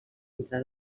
entre